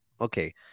okay